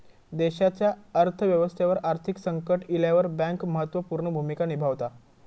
देशाच्या अर्थ व्यवस्थेवर आर्थिक संकट इल्यावर बँक महत्त्व पूर्ण भूमिका निभावता